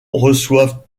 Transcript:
reçoivent